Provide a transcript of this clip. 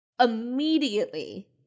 immediately